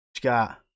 got